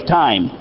time